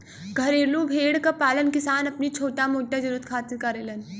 घरेलू भेड़ क पालन किसान अपनी छोटा मोटा जरुरत खातिर करेलन